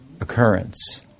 occurrence